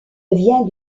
vient